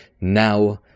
Now